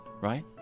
right